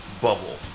bubble